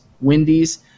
Wendy's